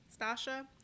stasha